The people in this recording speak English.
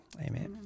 Amen